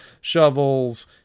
shovels